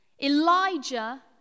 Elijah